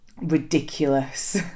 ridiculous